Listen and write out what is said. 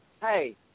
Hey